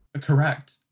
Correct